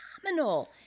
phenomenal